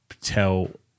tell